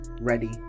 ready